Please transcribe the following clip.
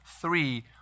three